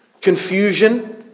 confusion